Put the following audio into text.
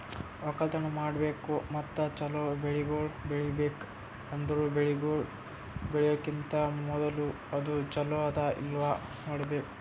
ಒಕ್ಕಲತನ ಮಾಡ್ಬೇಕು ಮತ್ತ ಚಲೋ ಬೆಳಿಗೊಳ್ ಬೆಳಿಬೇಕ್ ಅಂದುರ್ ಬೆಳಿಗೊಳ್ ಬೆಳಿಯೋಕಿಂತಾ ಮೂದುಲ ಅದು ಚಲೋ ಅದಾ ಇಲ್ಲಾ ನೋಡ್ಬೇಕು